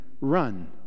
run